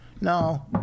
No